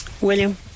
William